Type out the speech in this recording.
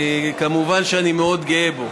מובן שאני מאוד גאה בו.